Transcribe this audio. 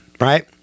Right